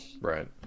Right